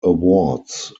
awards